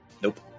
Nope